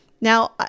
Now